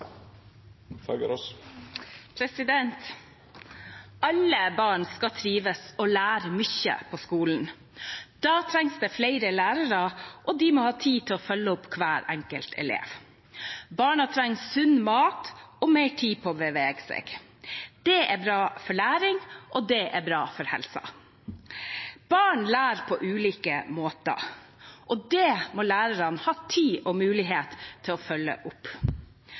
teoretisk. Alle barn skal trives og lære mye på skolen. Da trengs det flere lærere, og de må ha tid til å følge opp hver enkelt elev. Barna trenger sunn mat og mer tid til å bevege seg. Det er bra for læring, og det er bra for helsen. Barn lærer på ulike måter, og det må lærerne ha tid og mulighet til å følge opp.